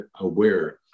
aware